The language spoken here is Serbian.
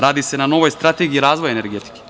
Radi se na novoj strategiji razvoja energetike.